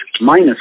minus